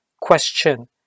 Question